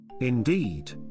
Indeed